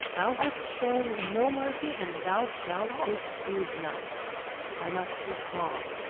thou hast shown no mercy and thou shalt receive none i must be calm!